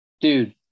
Dude